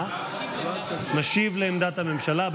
להשיב על עמדת הממשלה.